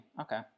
Okay